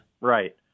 right